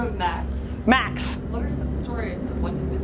max. max, what are some stories of when you've been,